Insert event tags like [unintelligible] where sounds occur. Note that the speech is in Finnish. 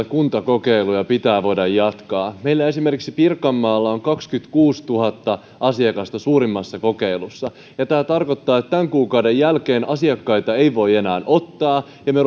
[unintelligible] kuntakokeiluja pitää voida jatkaa esimerkiksi meillä pirkanmaalla on kaksikymmentäkuusituhatta asiakasta suurimmassa kokeilussa ja tämä tarkoittaa että tämän kuukauden jälkeen asiakkaita ei voi enää ottaa ja me [unintelligible]